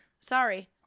Sorry